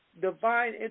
divine